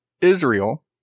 Israel